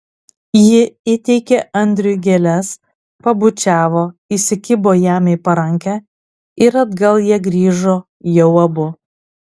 ji įteikė andriui gėles pabučiavo įsikibo jam į parankę ir atgal jie grįžo jau abu